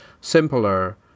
simpler